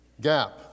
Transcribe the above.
gap